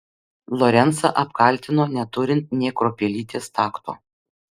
lorencą apkaltino neturint nė kruopelytės takto